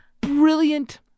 brilliant